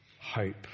hope